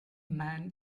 man